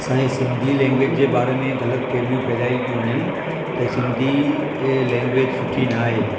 असांजे सिंधी लैंग्वेज जे बारे में ग़लतफ़हमियूं फैलायूं थी वञनि त सिंधी लैंग्वेज सुठी न आहे